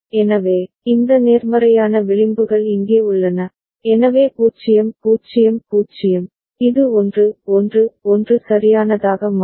எனவே இந்த நேர்மறையான விளிம்புகள் இங்கே உள்ளன எனவே 0 0 0 இது 1 1 1 சரியானதாக மாறும்